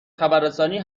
خبررسانی